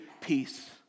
peace